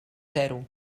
zero